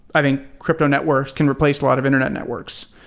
i think crypto networks can replace a lot of internet networks.